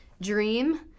dream